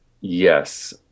Yes